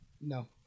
No